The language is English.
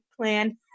plan